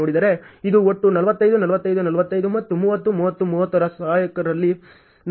ಇದು ಒಟ್ಟು 45 45 45 ಮತ್ತು 30 30 30 ರ ಸಹಾಯಕರಲ್ಲಿದೆ